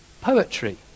poetry